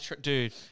Dude